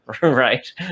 right